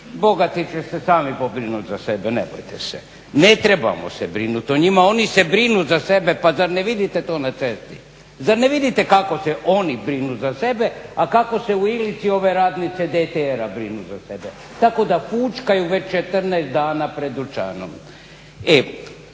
bogati će se sami pobrinuti za sebe ne bojte se. Ne trebamo se brinuti o njima, oni se brinu za sebe pa zar ne vidite to na cesti? Zar ne vidite kako se oni brinu za sebe, a kako se u Ilici ove radnice DTR-a brinu za sebe? Tako da fućkaju već 14 dana pred dućanom.